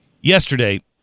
Yesterday